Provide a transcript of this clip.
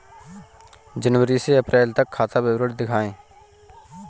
जनवरी से अप्रैल तक का खाता विवरण दिखाए?